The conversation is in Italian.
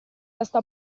testa